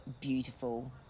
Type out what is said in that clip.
beautiful